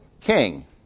king